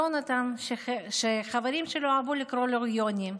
יונתן, שחברים שלו אהבו לקרוא לו יוני,